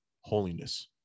holiness